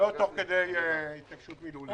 התנצחות מילולית.